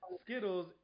Skittles